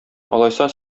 алайса